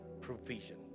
provision